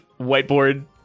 whiteboard